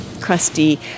crusty